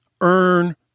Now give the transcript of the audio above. earn